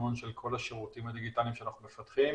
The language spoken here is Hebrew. התכנון של כל השירותים הדיגיטליים שאנחנו מפתחים,